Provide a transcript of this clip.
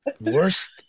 worst